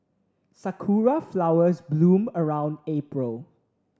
Sakura flowers bloom around April